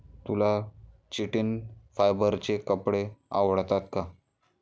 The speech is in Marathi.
तुला चिटिन फायबरचे कपडे आवडतात का?